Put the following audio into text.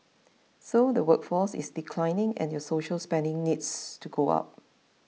so the workforce is declining and your social spending needs to go up